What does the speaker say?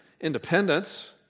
independence